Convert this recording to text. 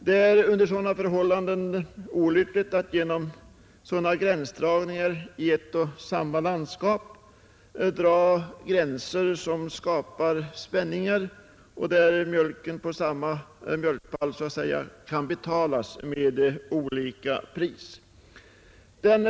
Det är under sådana förhållanden olyckligt att i ett och samma landskap dra gränser som skapar spänningar och som medför att mjölken på samma mjölkpall så att säga kan betalas med olika pris.